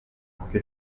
porque